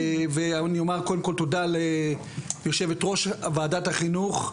אני אומר קודם כל תודה ליו"ר ועדת החינוך,